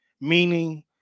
meaning